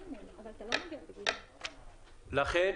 לכן,